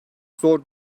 zor